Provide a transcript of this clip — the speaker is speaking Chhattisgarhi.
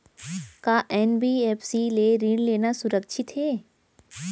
का एन.बी.एफ.सी ले ऋण लेना सुरक्षित हे?